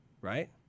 right